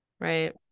right